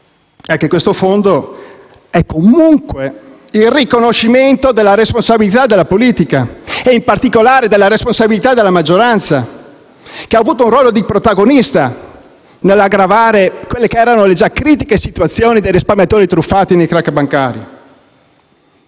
è che questo fondo è, comunque, il riconoscimento della responsabilità della politica e, in particolare, della responsabilità della maggioranza, che ha avuto un ruolo di protagonista nell'aggravare quelle che erano le già critiche situazioni dei risparmiatori truffati nei crac bancari.